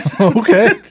Okay